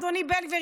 אדוני בן גביר,